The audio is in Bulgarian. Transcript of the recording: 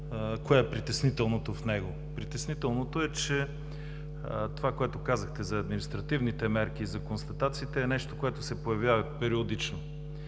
Кое е притеснителното в него? Притеснителното е, че това, което казахте за административните мерки и за констатациите, е нещо, което се появява периодично.